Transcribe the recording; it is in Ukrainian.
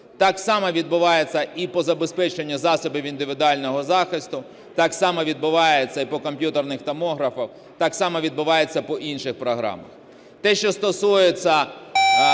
Так само відбувається і по забезпеченню засобів індивідуального захисту. Так само відбувається і по комп'ютерних томографах. Так само відбувається по інших програмах. Те, що стосується